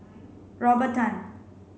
Robert Tan